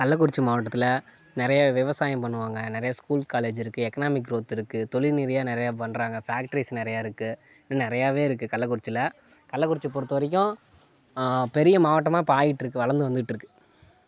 கள்ளக்குறிச்சி மாவட்டத்தில் நிறைய விவசாயம் பண்ணுவாங்க நிறைய ஸ்கூல் காலேஜ் இருக்கு எக்கனாமிக் குரோத் இருக்கு தொழில் ரீதியாக நிறையா பண்ணுறாங்க ஃபேக்ட்ரிஸ் நிறையா இருக்கு இன்னும் நிறையாவே இருக்கு கள்ளக்குறிச்சியில் கள்ளக்குறிச்சி பொறுத்த வரைக்கும் பெரிய மாவட்டமாக இப்போ ஆகிட்டு இருக்கு வளர்ந்து வந்துகிட்டுருக்கு